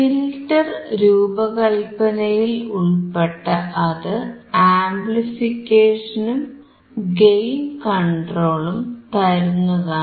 filter രൂപകല്പനയിൽ ഉൾപ്പെട്ട അത് ആംപ്ലിഫിക്കേഷനും ഗെയിൻ കൺട്രോളും തരുന്നതാണ്